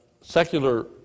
secular